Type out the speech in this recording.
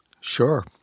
Sure